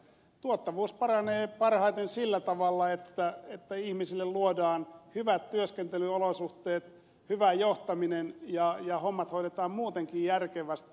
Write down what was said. tuottavuus paranee parhaiten sillä tavalla että ihmisille luodaan hyvät työskentelyolosuhteet hyvä johtaminen ja hommat hoidetaan muutenkin järkevästi